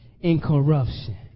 incorruption